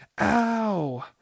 Ow